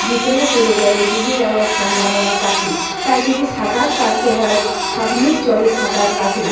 ভিতরে চলে গেলে ডুবে যাওয়ার সম্ভাবনা থাকে তাই যদি সাঁতার কাটতে হয় সামনের জলে সাঁতার কাটো